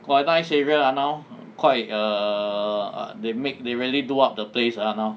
!wah! nice area ah now quite err they make they really do up the place ah now